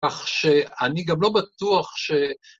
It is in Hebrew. ‫כך שאני גם לא בטוח ש...